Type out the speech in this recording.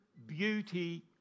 beauty